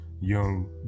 young